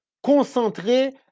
concentré